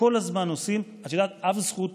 אף זכות